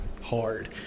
hard